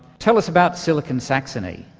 tell us about silicon saxony.